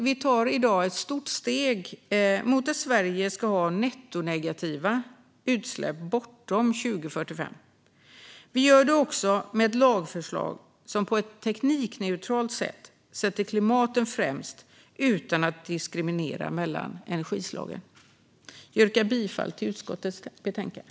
Vi tar i dag ett stort steg mot att Sverige ska ha nettonegativa utsläpp bortom 2045. Vi gör det med ett lagförslag som på ett teknikneutralt sätt sätter klimatet främst utan att diskriminera mellan energislagen. Jag yrkar bifall till förslaget i utskottets betänkande.